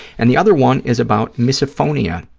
and the other one is about misophonia,